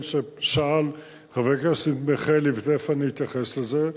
ששאל עליו חבר הכנסת מיכאלי ותיכף אני אתייחס לזה,